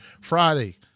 Friday